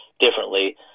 differently